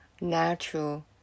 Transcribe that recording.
natural